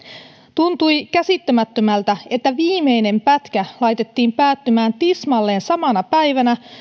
tuntui käsittämättömältä että viimeinen pätkä laitettiin päättymään tismalleen samana päivänä